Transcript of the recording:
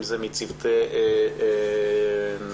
אם זה מצוותי מו"מ,